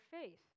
faith